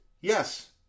Yes